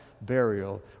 burial